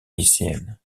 lycéenne